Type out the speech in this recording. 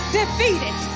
defeated